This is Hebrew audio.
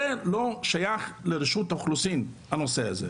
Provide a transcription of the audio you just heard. זה לא שייך לרשות האוכלוסין הנושא הזה.